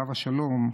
עליו השלום,